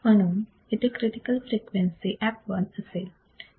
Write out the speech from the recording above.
म्हणून इथे critical frequency f l असेल